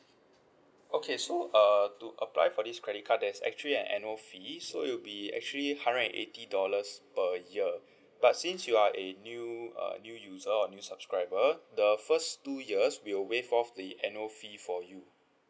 okay so uh to apply for this credit card there's actually an annual fee so you be actually hundred and eighty dollars per year but since you are a new uh new user or new subscriber the first two years we will waive off the annual fee for you